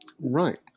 right